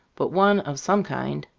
but one of some kind.